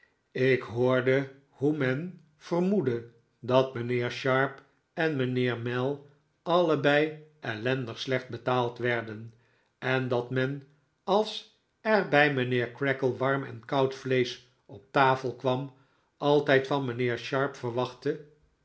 ik hoorde hoe men vermoedde dat mijnheer sharp en mijnheer mell allebei ellendig slecht betaald werden en dat men als er bij mijnheer creakle warm en koud vleesch op tafel kwam altijd van mijnheer sharp verwachtte